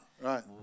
right